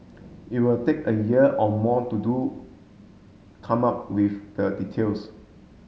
it will take a year or more to do come up with the details